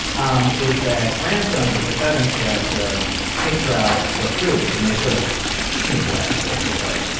um is that rants on the chris evans character takes her out for food and they sort of sneak away, basically,